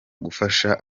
gufasha